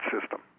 system